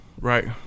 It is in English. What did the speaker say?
Right